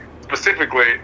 specifically